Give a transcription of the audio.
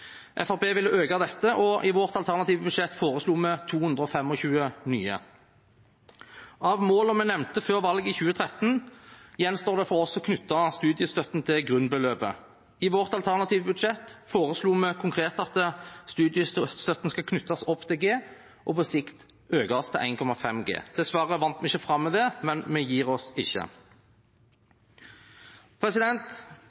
øke dette, og i vårt alternative budsjett foreslår vi 225 nye. Av målene vi nevnte før valget i 2013, gjenstår det for oss å knytte studiestøtten til grunnbeløpet. I vårt alternative budsjett foreslo vi konkret at studiestøtten skal knyttes opp til G og på sikt økes til 1,5G. Dessverre vant vi ikke fram med det, men vi gir oss